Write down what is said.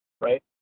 right